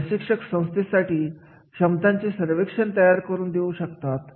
प्रशिक्षक संस्थेसाठी क्षमतांची सर्वेक्षण तयार करून देऊ शकतात